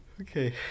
Okay